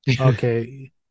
okay